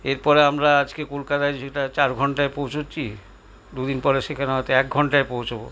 এরপরে আমরা আজকে কলকাতায় যেটা চার ঘণ্টায় পৌঁছাচ্ছি দুদিন পরে সেখানে হয়তো এক ঘণ্টায় পৌঁছাব